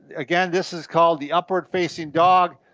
again, this is called the upward facing dog.